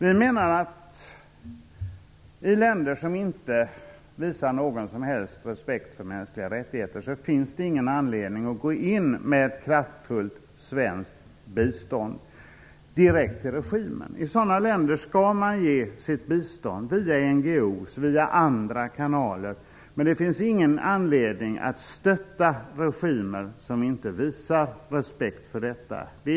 Vi menar att det i länder som inte visar någon som helst respekt för mänskliga rättigheter inte finns någon anledning att gå in med kraftfullt svenskt bistånd direkt till regimen. I sådana länder skall man ge sitt bistånd via NGO:s och via andra kanaler, men det finns ingen anledning att stötta regimer som inte visar respekt för mänskliga rättigheter.